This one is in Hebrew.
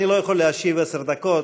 אני לא יכול להשיב עשר דקות,